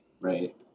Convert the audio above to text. right